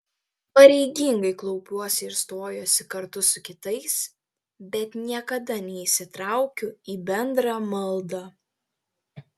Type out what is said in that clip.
pareigingai klaupiuosi ir stojuosi kartu su kitais bet niekada neįsitraukiu į bendrą maldą